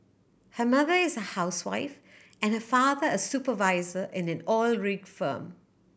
her mother is a housewife and her father a supervisor in an oil rig firm